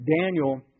Daniel